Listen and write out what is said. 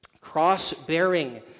cross-bearing